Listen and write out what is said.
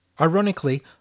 Ironically